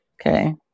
Okay